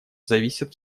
зависят